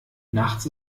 nachts